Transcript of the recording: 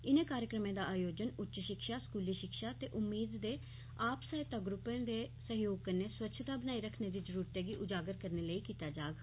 इनें आयोजन कार्यक्रमें दा आयोजन उच्च शिक्षा स्कूली शिक्षा ते उम्मीद दे आप सहायता ग्रुपें दे सहयोग कन्नै स्वच्छता बनाई रखने दी जरूरतै गी उजगर करने लेई कीता जाग